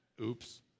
Oops